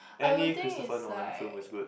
any Christopher Nolan film is good